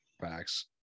facts